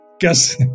Guess